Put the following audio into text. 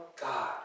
God